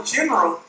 General